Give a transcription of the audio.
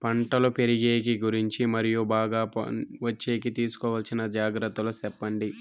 పంటలు పెరిగేకి గురించి మరియు బాగా పంట వచ్చేకి తీసుకోవాల్సిన జాగ్రత్త లు సెప్పండి?